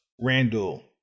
Randall